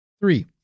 Three